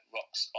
Rock's